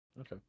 okay